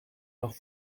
noch